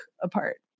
apart